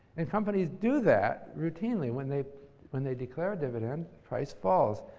and companies do that routinely. when they when they declare a dividend, price falls.